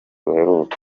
buheruka